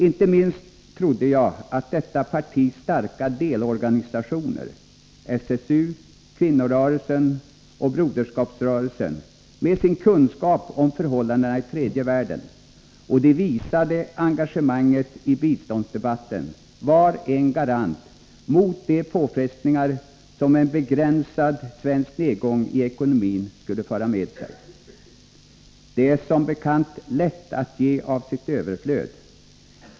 Inte minst trodde jag att detta partis starka delorganisationer — SSU, kvinnorörelsen och Broderskapsrörelsen — med sina kunskaper om förhållandena i tredje världen och det visade engagemanget i biståndsdebatten var en garant mot de påfrestningar som en begränsad svensk nedgång i ekonomin skulle föra med sig. Det är som bekant lätt att ge av sitt överflöd.